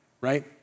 right